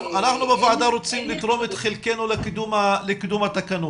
אנחנו בוועדה רוצים לתרום את חלקנו לקידום התקנות.